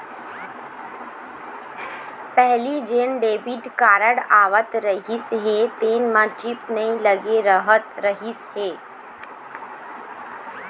पहिली जेन debit card आवत रहिस हे तेन म चिप नइ लगे रहत रहिस हे